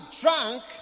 drunk